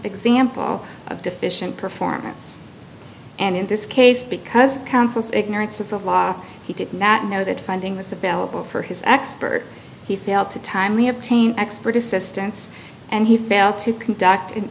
example of deficient performance and in this case because councils ignorance of the law he did not know that finding this available for his expert he failed to timely obtain expert assistance and he failed to conduct an